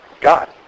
God